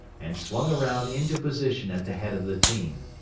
and swung around into position at the head of the team.